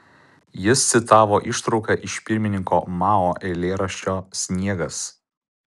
jis citavo ištrauką iš pirmininko mao eilėraščio sniegas